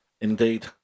Indeed